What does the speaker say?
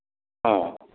ହଁ